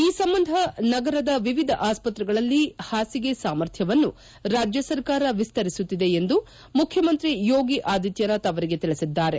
ಈ ಸಂಬಂಧ ನಗರದ ವಿವಿಧ ಆಸ್ತ್ರೆಗಳಲ್ಲಿ ಹಾಸಿಗೆ ಸಾಮರ್ಥ್ಯವನ್ನು ರಾಜ್ಯ ಸರ್ಕಾರ ವಿಸ್ಗರಿಸುತ್ತಿದೆ ಎಂದು ಮುಖ್ಯಮಂತ್ರಿ ಯೋಗಿ ಆದಿತ್ನನಾಥ್ ಅವರಿಗೆ ತಿಳಿಸಿದ್ದಾರೆ